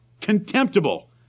contemptible